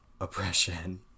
oppression